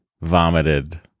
vomited